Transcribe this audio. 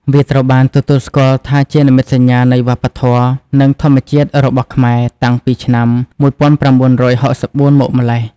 វាត្រូវបានទទួលស្គាល់ថាជានិមិត្តសញ្ញានៃវប្បធម៌ និងធម្មជាតិរបស់ខ្មែរ តាំងពីឆ្នាំ ១៩៦៤ មកម្ល៉េះ។